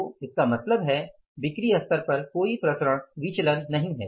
तो इसका मतलब है बिक्री स्तर पर कोई प्रसरण नहीं है